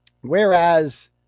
Whereas